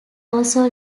also